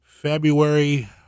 February